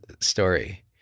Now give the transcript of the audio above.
story